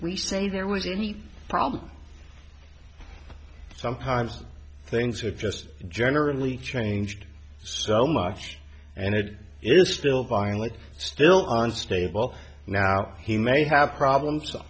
we say there was any problem sometimes things have just generally changed so much and it is still violent still unstable now he may have problems